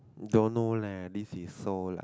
don't know leh this is so like